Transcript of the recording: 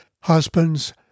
Husbands